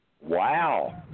Wow